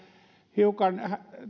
hiukan